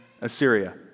Assyria